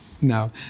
no